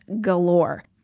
galore